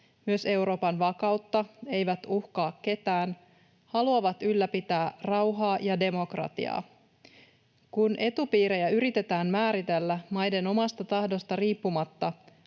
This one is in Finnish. myös Euroopan vakautta. Ne eivät uhkaa ketään ja haluavat ylläpitää rauhaa ja demokratiaa. Kun etupiirejä yritetään määritellä maiden omasta tahdosta riippumatta,